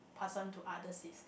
pass on to others is